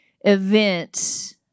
events